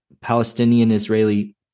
Palestinian-Israeli